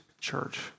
church